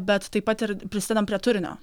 bet taip pat ir prisidedam prie turinio